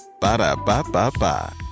Ba-da-ba-ba-ba